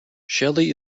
shelly